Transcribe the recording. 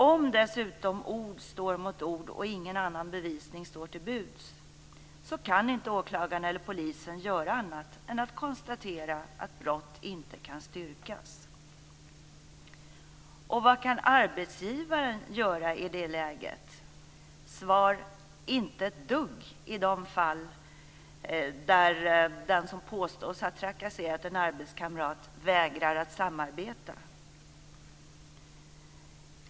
Om dessutom ord står mot ord och ingen annan bevisning står till buds kan inte åklagarna eller polisen göra annat än att konstatera att brott inte kan styrkas. Vad kan arbetsgivaren göra i det läget? Svar: Inte ett dugg, i de fall där den som påstås ha trakasserat en arbetskamrat vägrar att samarbeta.